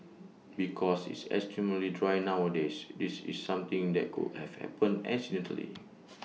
because it's extremely dry nowadays this is something that could have happened accidentally